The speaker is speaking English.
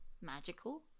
magical